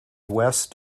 west